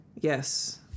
Yes